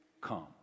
come